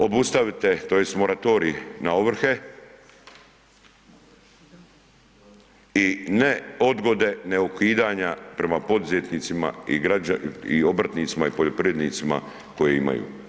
Obustavite tj. moratorij na ovrhe i ne odgode nego ukidanja prema poduzetnicima i obrtnicima i poljoprivrednicima koje imaju.